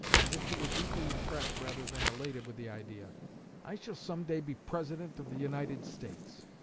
as if he were deeply impressed rather than elated with the idea i shall some day be president of the united states